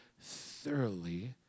thoroughly